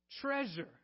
Treasure